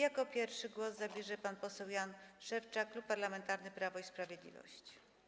Jako pierwszy głos zabierze pan poseł Jan Szewczak, Klub Parlamentarny Prawo i Sprawiedliwość.